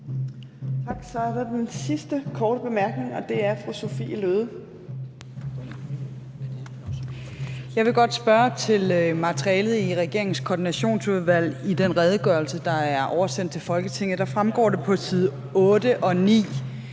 Torp): Så er det den sidste korte bemærkning. Den er fra fru Sophie Løhde. Kl. 14:57 Sophie Løhde (V): Jeg vil godt spørge til materialet i regeringens koordinationsudvalg, altså den redegørelse, der er oversendt til Folketinget. Der fremgår det på side 8 og 9,